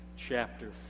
chapter